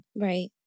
Right